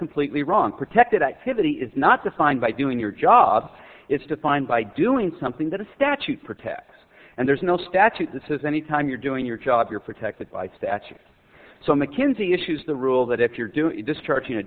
completely wrong protected activity is not defined by doing your job it's defined by doing something that a statute protects and there's no statute that says anytime you're doing your job you're protected by statute so mckinsey issues the rule that if you're doing discharg